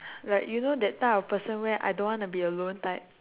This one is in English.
like you know that type of person where I don't want to be alone type